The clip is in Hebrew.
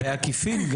בעקיפין,